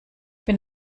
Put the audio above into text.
bin